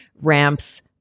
ramps